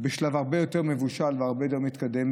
בשלב הרבה יותר מבושל והרבה יותר מתקדם.